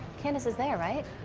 candace is there, right?